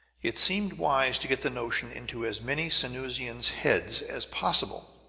it seemed wise to get the notion into as many sanusian heads as possible.